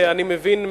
אני מבין,